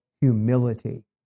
humility